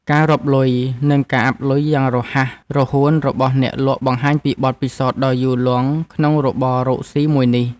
ការរាប់លុយ និងការអាប់លុយយ៉ាងរហ័សរហួនរបស់អ្នកលក់បង្ហាញពីបទពិសោធន៍ដ៏យូរលង់ក្នុងរបររកស៊ីមួយនេះ។